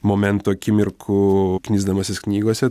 momentų akimirkų knisdamasis knygose